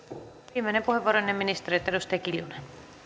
viimeinen puheenvuoro ennen ministereitä edustaja kiljunen